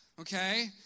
okay